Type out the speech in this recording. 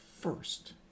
first